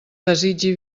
desitgi